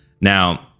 Now